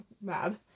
mad